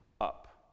up